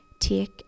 take